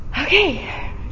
Okay